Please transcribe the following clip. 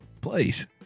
Please